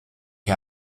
que